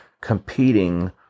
competing